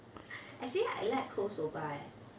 actually I like cold soba leh